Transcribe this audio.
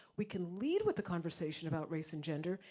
we can lead with the conversation about race and gender,